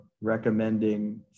recommending